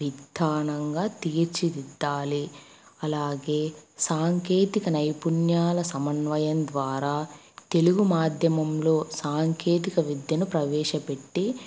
విధానంగా తీర్చిదిద్దాలి అలాగే సాంకేతిక నైపుణ్యాల సమన్వయం ద్వారా తెలుగు మాధ్యమంలో సాంకేతిక విద్యను ప్రవేశపెట్టి